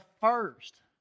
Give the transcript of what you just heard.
first